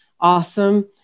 awesome